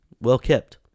Well-kept